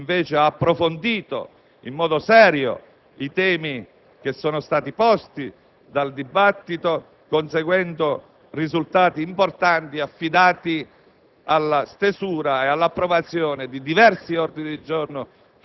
La maggioranza, invece, ha approfondito in modo serio i temi posti dal dibattito, conseguendo risultati importanti affidati